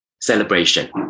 celebration